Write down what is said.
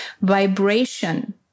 vibration